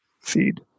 feed